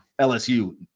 LSU